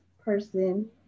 person